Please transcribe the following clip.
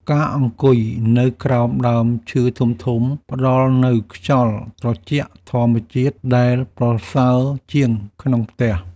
ការអង្គុយនៅក្រោមដើមឈើធំៗ ផ្តល់នូវខ្យល់ត្រជាក់ធម្មជាតិដែលប្រសើរជាងក្នុងផ្ទះ។